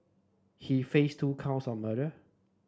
he face two counts of murder